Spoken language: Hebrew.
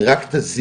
היא רק תזיק,